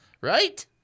Right